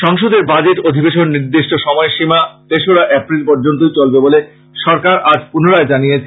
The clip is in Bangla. সংসদের বাজেট অধিবেশন নির্দিষ্ট সময়সীমা তেসরা এপ্রিল পর্যন্তই চলবে বলে সরকার আজ পুনরায় জানিয়েছে